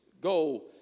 go